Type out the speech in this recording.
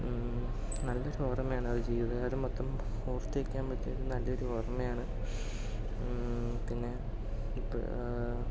നല്ല ഒരു ഓർമയാണ് അത് ജീവിതകാലം മൊത്തം ഓർത്തുവെക്കാൻ പറ്റിയ നല്ല ഒരു ഓർമയാണ് പിന്നെ